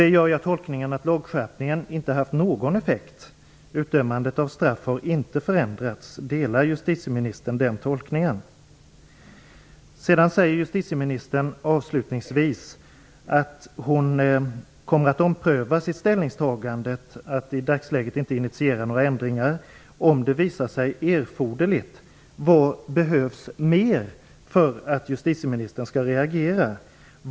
Därav gör jag tolkningen att lagskärpningen inte haft någon effekt och att utdömandet av straff inte har förändrats. Delar justitieministern den tolkningen? Avslutningsvis säger justitieministern att hon, om det visar sig erforderligt, kommer att ompröva sitt ställningstagande att i dagsläget inte initiera några ändringar. Vad är det mer som behövs för att justitieministern skall reagera?